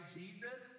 jesus